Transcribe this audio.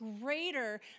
greater